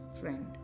friend